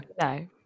no